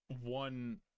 one